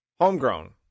Homegrown